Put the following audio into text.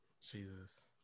Jesus